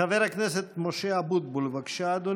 חבר הכנסת משה אבוטבול, בבקשה, אדוני.